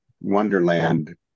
wonderland